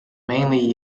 mainly